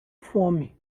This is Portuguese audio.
fome